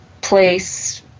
place